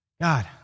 God